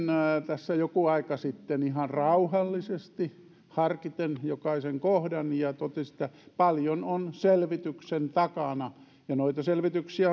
tässä joku aika sitten ihan rauhallisesti harkiten jokaisen kohdan ja totesin että paljon on selvityksen takana noita selvityksiä